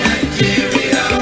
Nigeria